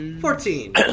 Fourteen